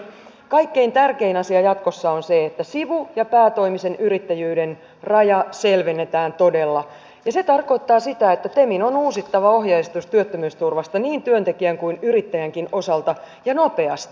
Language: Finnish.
ilmeisesti se kaikkein tärkein asia jatkossa on se että sivu ja päätoimisen yrittäjyyden raja selvennetään todella ja se tarkoittaa sitä että temin on uusittava ohjeistus työttömyysturvasta niin työntekijän kuin yrittäjänkin osalta ja nopeasti